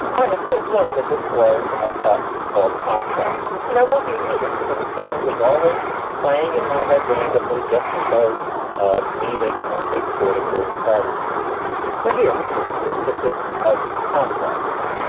i have since learned that this was a cut called contrasts. and i want you to hear this because it's something that's always playing in my head randomly just because of me making that tape recording during the carter administration. but here, listen to this. this is a bit of contrasts.